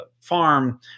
farm